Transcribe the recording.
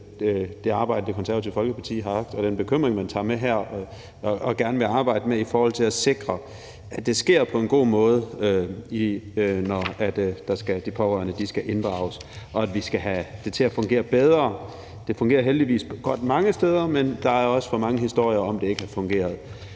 det arbejde, Det Konservative Folkeparti har lavet, og den bekymring, man tager med her og gerne vil arbejde med i forhold til at sikre, at det sker på en god måde, når de pårørende skal inddrages, og at vi skal have det til at fungere bedre. Det fungerer heldigvis godt mange steder, men der er også for mange historier om, at det ikke har fungeret.